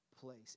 place